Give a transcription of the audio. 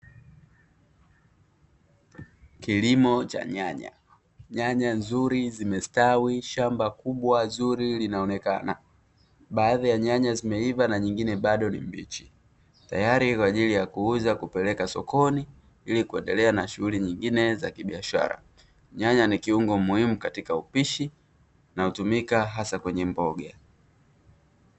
Kilimo cha nyanya, nyanya nzuri zimestawi shamba kubwa zuri linaonekana, baadhi ya nyanya zimeiva na nyingine bado ni mbichi tayari kwa ajili ya kuuza kupeleka sokoni ili kuendelea na shughuli nyingine za kibiashara. Nyanya ni kiungo muhimu katika upishi na utumika asa kwenye mboga.